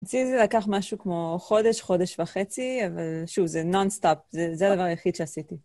אצלי זה לקח משהו כמו חודש, חודש וחצי, אבל שוב, זה נון סטאפ, זה הדבר היחיד שעשיתי.